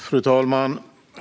Svar på interpellationer Fru talman!